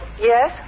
Yes